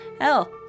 Hell